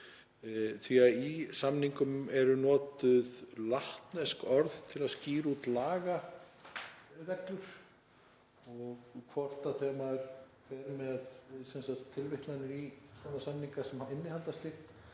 Í samningum eru notuð latnesk orð til að skýra út lagareglur og ég spyr, þegar maður er með tilvitnanir í samninga sem innihalda slíkt,